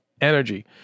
energy